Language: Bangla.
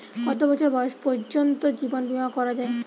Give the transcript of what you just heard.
কত বছর বয়স পর্জন্ত জীবন বিমা করা য়ায়?